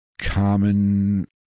common